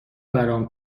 برام